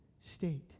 state